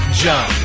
jump